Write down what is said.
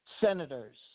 senators